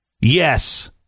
Yes